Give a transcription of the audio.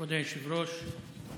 כבוד היושב-ראש,